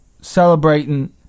celebrating